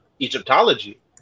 Egyptology